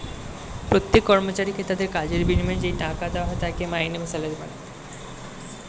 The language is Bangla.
প্রত্যেক কর্মচারীকে তাদের কাজের বিনিময়ে যেই টাকা দেওয়া হয় তাকে মাইনে বা স্যালারি বলা হয়